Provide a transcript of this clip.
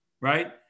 right